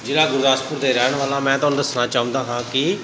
ਜ਼ਿਲ੍ਹਾ ਗੁਰਦਾਸਪੁਰ ਦਾ ਰਹਿਣ ਵਾਲਾ ਮੈਂ ਤੁਹਾਨੂੰ ਦੱਸਣਾ ਚਾਹੁੰਦਾ ਹਾਂ ਕਿ